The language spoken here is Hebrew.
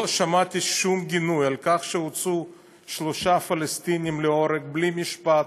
לא שמעתי שום גינוי על כך שהוצאו שלושה פלסטינים להורג בלי משפט,